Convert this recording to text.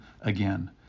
again